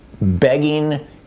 begging